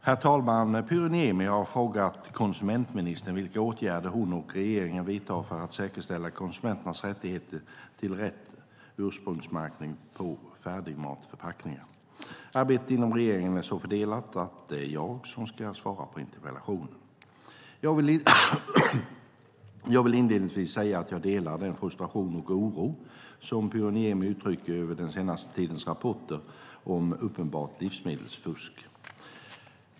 Herr talman! Pyry Niemi har frågat konsumentministern vilka åtgärder hon och regeringen vidtar för att säkerställa konsumenternas rättigheter till rätt ursprungsmärkning på färdigmatförpackningar. Arbetet inom regeringen är så fördelat att det är jag som ska svara på interpellationen. Jag vill inledningsvis säga att jag delar den frustration och oro som Pyry Niemi uttrycker över den senaste tidens rapporter om uppenbart livsmedelsfusk.